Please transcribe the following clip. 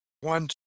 one